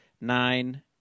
nine